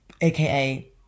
AKA